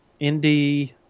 indie